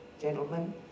gentlemen